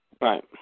right